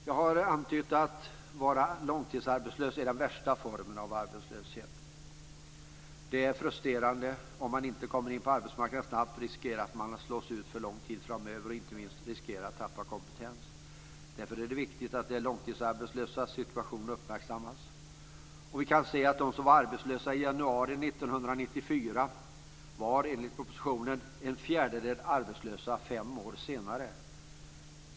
Jag har antytt att långtidsarbetslöshet är den värsta formen av arbetslöshet. Det är frustrerande, och om man inte kommer in på arbetsmarknaden snabbt riskerar man att slås ut för lång tid framöver, inte minst riskerar man att tappa kompetens. Därför är det viktigt att de långtidsarbetslösas situation uppmärksammas. Vi kan se att av dem som var arbetslösa i januari 1994 var, enligt propositionen, en fjärdedel arbetslösa fem år senare.